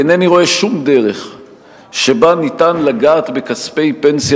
אינני רואה שום דרך שבה ניתן לגעת בכספי פנסיה